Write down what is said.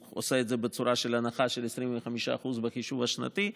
הוא עושה את זה בצורה של הנחה של 25% בחישוב השנתי.